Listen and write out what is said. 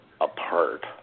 apart